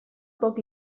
poc